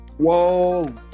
Whoa